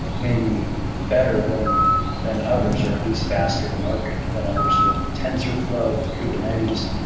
may be better than than others, or at least faster to market than others with tensorflow, with kubernetes.